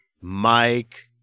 Mike